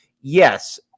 Yes